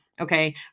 Okay